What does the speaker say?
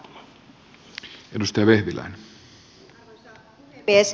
arvoisa puhemies